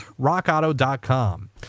rockauto.com